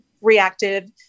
reactive